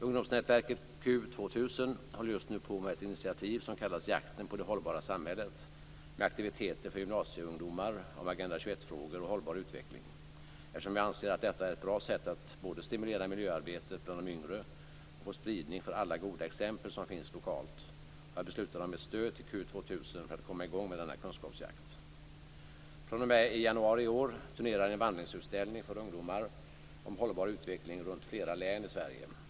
Ungdomsnätverket q2000 håller just nu på med ett initiativ som kallas Jakten på det hållbara samhället, med aktiviteter för gymnasieungdomar om Agenda 21-frågor och hållbar utveckling. Eftersom jag anser att detta är ett bra sätt att både stimulera miljöarbetet bland de yngre och få spridning för alla de goda exempel som finns lokalt, har jag beslutat om ett stöd till q2000 för att komma i gång med denna kunskapsjakt. fr.o.m. i januari i år turnerar en vandringsutställning för ungdomar om hållbar utveckling runt flera län i Sverige.